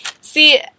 See